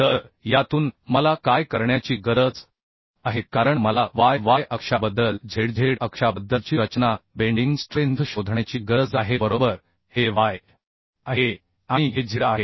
तर यातून मला काय करण्याची गरज आहे कारण मला y y अक्षाबद्दल z z अक्षाबद्दलची रचना बेंडिंग स्ट्रेंथ शोधण्याची गरज आहे बरोबर हे y आहे आणि हे z आहे